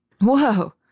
Whoa